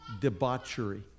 debauchery